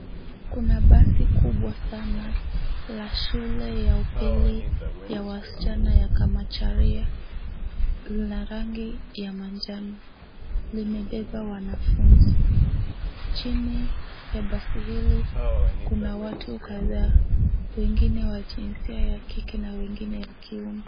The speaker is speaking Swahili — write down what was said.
Kuna basi kubwa sana la shule ya upili ya wasichana ya Kamachari na rangi ya manjano limebeba wanafunzi. Chini ya basi hili kuna watu kadhaa wengine wa jinsia ya kike na wengine ya kiume.